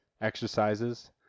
exercises